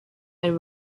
and